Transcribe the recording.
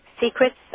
Secrets